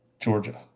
Georgia